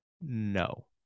No